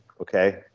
Okay